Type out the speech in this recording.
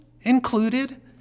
included